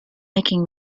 making